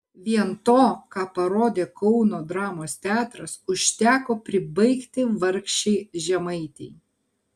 vien to ką parodė kauno dramos teatras užteko pribaigti vargšei žemaitei